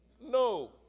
no